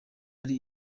ari